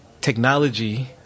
technology